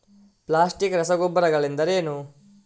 Plastic ರಸಗೊಬ್ಬರಗಳೆಂದರೇನು?